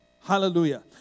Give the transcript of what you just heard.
Hallelujah